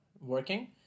working